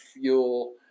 fuel